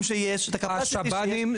שיש את הcapacity שיש לכמה שיותר אנשים.